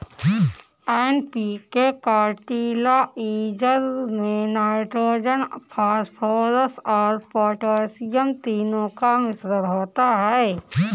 NPK fertiliser में nitrogen, phosphorus और potassium तीनों का मिश्रण होता है